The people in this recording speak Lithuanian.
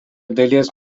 dailės